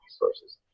resources